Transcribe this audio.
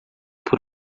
por